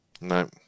No